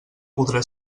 podrà